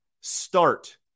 start